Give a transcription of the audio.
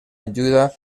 ajuda